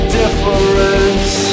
difference